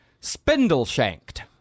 spindle-shanked